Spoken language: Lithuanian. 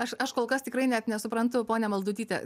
aš aš kol kas tikrai net nesuprantu ponia maldutyte